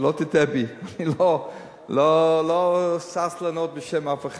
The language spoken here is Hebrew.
שלא תטעה בי, אני לא שש לענות בשם אף אחד.